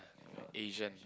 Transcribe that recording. Asian